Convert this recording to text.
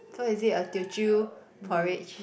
cause is it a Teochew porridge